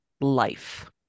life